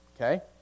Okay